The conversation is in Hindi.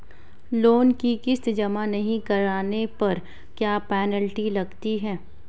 लोंन की किश्त जमा नहीं कराने पर क्या पेनल्टी लगती है?